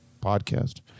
podcast